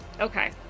Okay